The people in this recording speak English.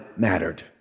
mattered